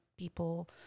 People